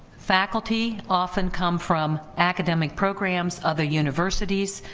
faculty often come from academic programs, other universities,